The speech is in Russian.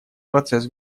процесс